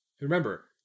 Remember